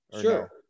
Sure